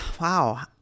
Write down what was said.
Wow